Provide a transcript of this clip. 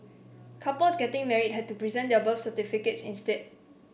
couples getting married had to present their birth certificates instead